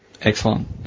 Excellent